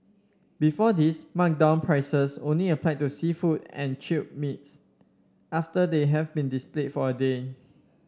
before this marked down prices only applied to seafood and chilled meats after they have been displayed for a day